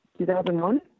2001